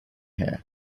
here